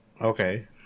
Okay